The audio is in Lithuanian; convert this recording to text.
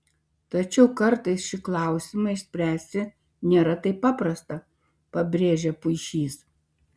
tačiau kartais šį klausimą išspręsti nėra taip paprasta pabrėžia puišys